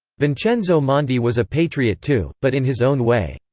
vincenzo monti was a patriot too, but in his own way.